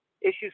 issues